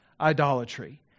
idolatry